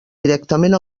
directament